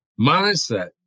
Mindset